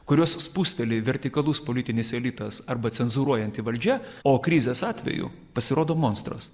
kurios spusteli vertikalus politinis elitas arba cenzūruojanti valdžia o krizės atveju pasirodo monstras